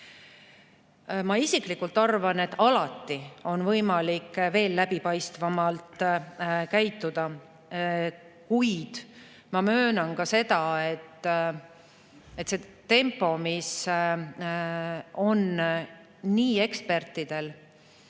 Ma isiklikult arvan, et alati on võimalik veel läbipaistvamalt käituda, kuid ma möönan ka seda, et see tempo, mis on ekspertidel,